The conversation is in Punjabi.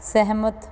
ਸਹਿਮਤ